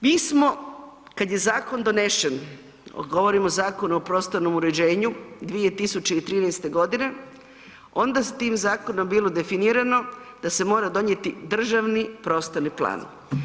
Mi smo, kad je zakon donesen, govorim o Zakonu o prostornom uređenju 2013. g., onda tim zakonom bilo definirano da se mora donijeti državni prostorni plan.